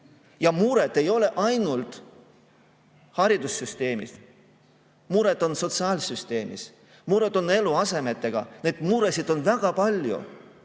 et] mured ei ole ainult haridussüsteemis. Mured on sotsiaalsüsteemis, mured on eluasemega, neid muresid on väga palju,